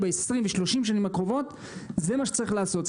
ב-20 ו- 30 שנים הקרובות זה מה שצריך לעשות,